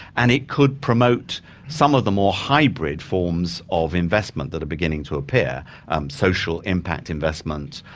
and it could promote some of the more hybrid forms of investment that are beginning to appear social impact investment,